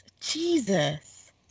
Jesus